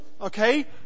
okay